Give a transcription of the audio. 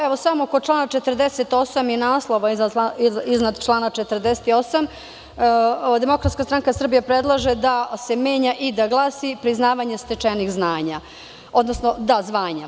evo samo kod člana 48. i naslova iznad člana 48, Demokratska stranka Srbije predlaže da se menja i da glasi – priznavanje stečenih zvanja.